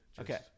Okay